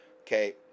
okay